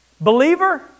Believer